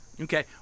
okay